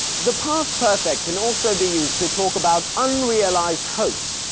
the past perfect can also be used to talk about unrealised hopes.